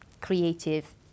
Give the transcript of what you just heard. creative